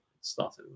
started